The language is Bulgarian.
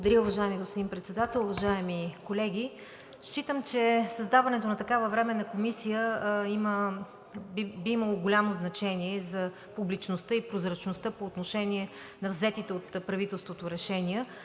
Благодаря, уважаеми господин Председател. Уважаеми колеги! Считам, че създаването на такава временна комисия би имало голямо значение за публичността и прозрачността по отношение на взетите от правителството решения,